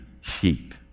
sheep